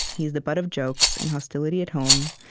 he is the butt of jokes and hostility at home,